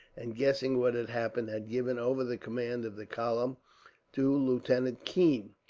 and guessing what had happened, had given over the command of the column to lieutenant keene,